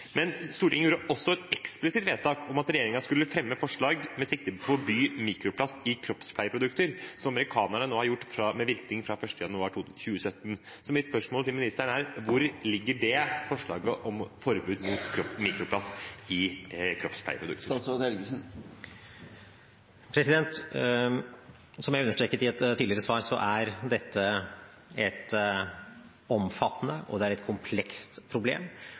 Stortinget gjorde også et eksplisitt vedtak om at regjeringen skulle fremme forslag med sikte på å forby mikroplast i kroppspleieprodukter, slik amerikanerne har gjort nå med virkning fra 1. januar 2017. Mitt spørsmål til ministeren er: Hvor ligger det forslaget om forbud mot mikroplast i kroppspleieprodukter? Som jeg understreket i et tidligere svar, er dette et omfattende og komplekst problem, og det er